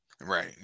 Right